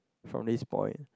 from this point